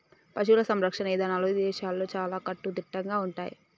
పశువుల సంరక్షణ ఇదానాలు ఇదేశాల్లో చాలా కట్టుదిట్టంగా ఉంటయ్యి